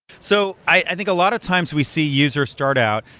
so i think a lot of times we see users start out,